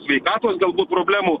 sveikatos galbūt problemų